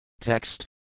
Text